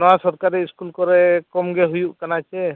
ᱱᱚᱣᱟ ᱥᱚᱨᱠᱟᱨᱤ ᱥᱠᱩᱞ ᱠᱚᱨᱮ ᱠᱚᱢ ᱜᱮ ᱦᱩᱭᱩᱜ ᱠᱟᱱᱟ ᱪᱮ